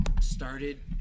Started